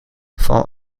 fall